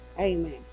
Amen